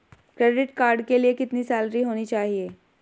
Credit card के लिए कितनी सैलरी होनी चाहिए?